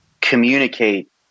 communicate